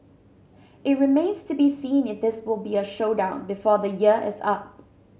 it remains to be seen if this will be a showdown before the year is up